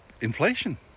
inflation